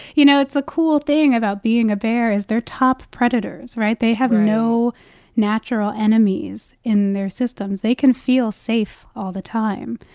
you know, it's a cool thing about being a bear is they're top predators, right? right they have no natural enemies in their systems. they can feel safe all the time.